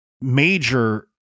major